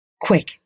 Quick